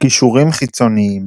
קישורים חיצוניים